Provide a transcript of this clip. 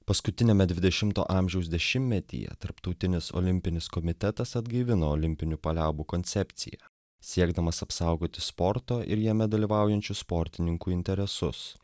paskutiniame dvidešimto amžiaus dešimtmetyje tarptautinis olimpinis komitetas atgaivino olimpinių paliaubų koncepciją siekdamas apsaugoti sporto ir jame dalyvaujančių sportininkų interesus